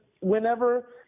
Whenever